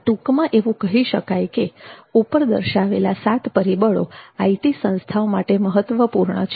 ટૂંકમાં એવું કહી શકાય કે ઉપર દર્શાવેલા સાત પરિબળો આઈટી સંસ્થાઓ માટે મહત્વપૂર્ણ છે